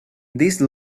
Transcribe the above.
these